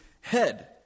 head